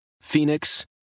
Phoenix